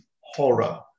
horror